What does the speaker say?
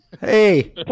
Hey